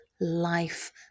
life